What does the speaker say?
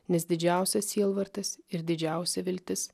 nes didžiausias sielvartas ir didžiausia viltis